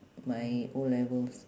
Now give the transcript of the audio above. my O-levels